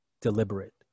Deliberate